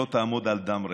לא תעמוד על דם רעך,